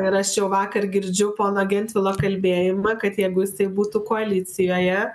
ir aš jau vakar girdžiu pono gentvilo kalbėjimą kad jeigu jisai būtų koalicijoje